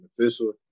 official